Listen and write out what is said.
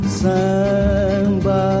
samba